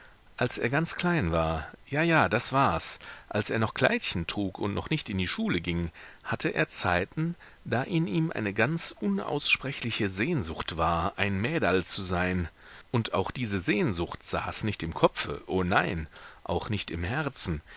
als er ganz klein war ja ja das war's als er noch kleidchen trug und noch nicht in die schule ging hatte er zeiten da in ihm eine ganz unaussprechliche sehnsucht war ein mäderl zu sein und auch diese sehnsucht saß nicht im kopfe o nein auch nicht im herzen